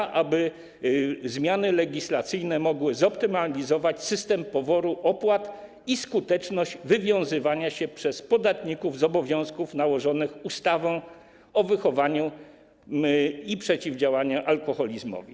Chodzi o to, aby zmiany legislacyjne mogły zoptymalizować system poboru opłat i skuteczność wywiązywania się przez podatników z obowiązków nałożonych ustawą o wychowaniu i przeciwdziałaniu alkoholizmowi.